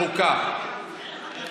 אני ישבתי.